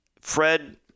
Fred—